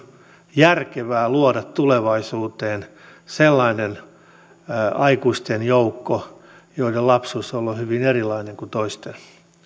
järkevää luoda tulevaisuuteen sellaisten aikuisten joukko joiden lapsuus on ollut hyvin erilainen kuin toisten